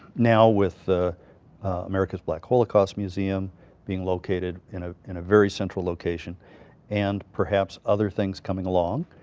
now with america's black holocaust museum being located in ah in a very central location and perhaps other things coming along,